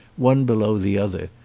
one below the other,